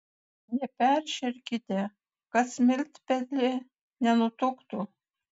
neperšerkite kad smiltpelė nenutuktų